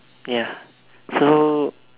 ya so